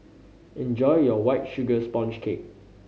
enjoy your White Sugar Sponge Cake